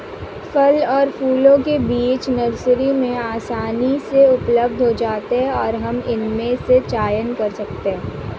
फल और फूलों के बीज नर्सरी में आसानी से उपलब्ध हो जाते हैं और हम इनमें से चयन कर सकते हैं